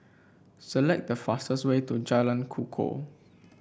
select the fastest way to Jalan Kukoh